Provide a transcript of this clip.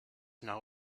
now